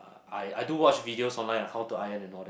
ah I I do watch videos online like how to iron and all